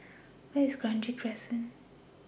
Where IS Kranji Crescent